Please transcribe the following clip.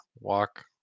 walk